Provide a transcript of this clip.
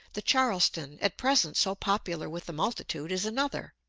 the charleston, at present so popular with the multitude, is another.